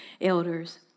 elders